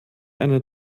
eine